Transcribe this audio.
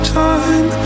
time